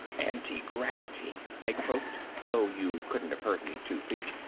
antigravity, i croaked, though you couldn't have heard me two feet.